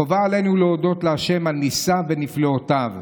חובה עלינו להודות לה' על ניסיו ונפלאותיו.